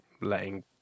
letting